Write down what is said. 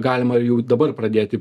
galima ir jau dabar pradėti